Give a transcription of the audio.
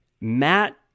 Matt